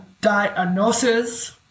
diagnosis